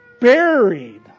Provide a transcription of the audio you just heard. buried